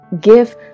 Give